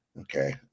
okay